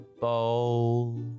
bowl